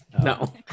no